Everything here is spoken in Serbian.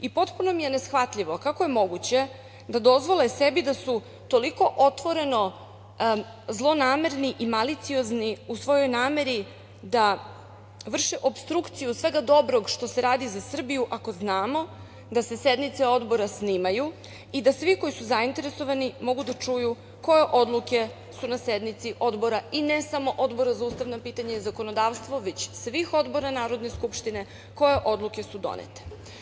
Potpuno mi je neshvatljivo kako je moguće da dozvole sebi da su toliko otvoreno zlonamerni i maliciozni u svojoj nameri da vrše opstrukciju svega dobrog što se radi za Srbiju, ako znamo da se sednice Odbora snimaju i da svi koji su zainteresovani mogu da čuju koje odluke su na sednici Odbora i ne samo Odbora za ustavna pitanja i zakonodavstvo, već svih odbora Narodne skupštine, koje odluke su donete.